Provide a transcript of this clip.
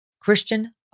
Christian